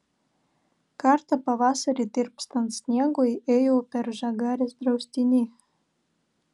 kartą pavasarį tirpstant sniegui ėjau per žagarės draustinį